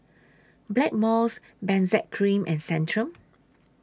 Blackmores Benzac Cream and Centrum